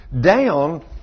down